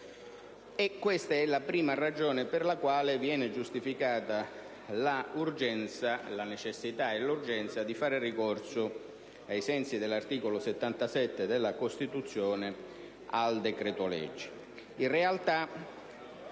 E questa è la prima ragione per la quale viene giustificata la necessità e l'urgenza di fare ricorso, ai sensi dell'articolo 77 della Costituzione, al decreto-legge.